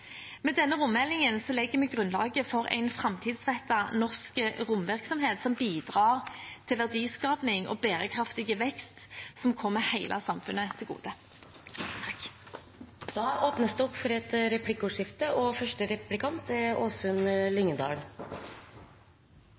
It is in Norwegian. Med denne rommeldingen legger vi grunnlaget for en framtidsrettet norsk romvirksomhet som bidrar til verdiskaping og bærekraftig vekst som kommer hele samfunnet til gode. Det blir replikkordskifte. Etter min oppfatning vil noe av det